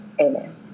Amen